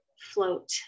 float